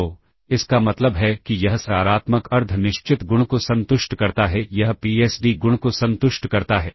तो इसका मतलब है कि यह सकारात्मक अर्ध निश्चित गुण को संतुष्ट करता है यह पीएसडी गुण को संतुष्ट करता है